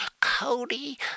Cody